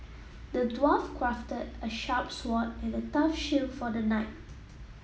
the dwarf crafted a sharp sword and a tough shield for the knight